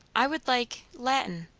i would like latin.